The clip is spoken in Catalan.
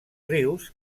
rius